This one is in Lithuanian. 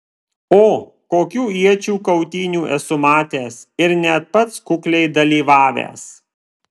o kokių iečių kautynių esu matęs ir net pats kukliai dalyvavęs